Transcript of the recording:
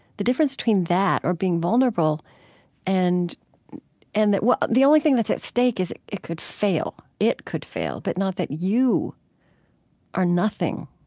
the difference between that or being vulnerable and and well, the only thing that's at stake is it could fail. it could fail, but not that you are nothing